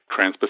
transpacific